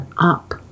up